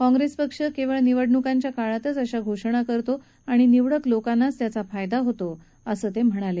काँप्रेस पक्ष केवळ निवडणुकांच्या काळातच अशा घोषणा करतो आणि निवडक लोकांनाच त्यांचा फायदा होतो असं ते म्हणाले